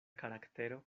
karaktero